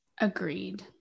Agreed